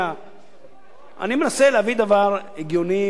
אני מנסה להביא דבר הגיוני ונכון מכל בחינה שהיא,